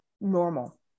normal